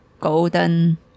golden